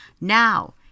Now